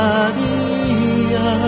Maria